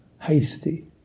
hasty